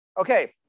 Okay